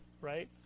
right